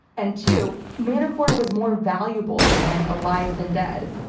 and two, manafort was more valuable to him alive than dead.